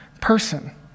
person